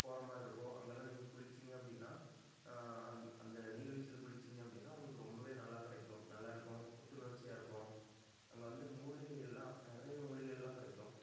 போகிற மாதிரி இருக்கும் அங்கெல்லாம் நீங்கள் குளிச்சீங்க அப்படின்னா அந் அந்த நீர்வீழ்ச்சியில் குளிச்சீங்க அப்படின்னா உங்களுக்கு ரொம்பவே நல்லா கிடைக்கும் நல்லாயிருக்கும் புத்துணர்ச்சியாக இருக்கும் அங்கே வந்து மூலிகையெல்லாம் நிறைய மூலிகையெல்லாம் கிடைக்கும்